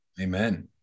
Amen